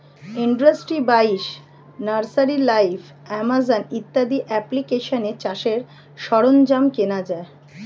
industry বাইশ, nursery live, Amazon ইত্যাদি অ্যাপ্লিকেশানে চাষের সরঞ্জাম কেনা যায়